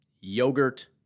yogurt